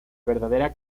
verdadera